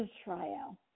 Israel